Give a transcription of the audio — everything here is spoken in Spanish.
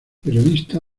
periodista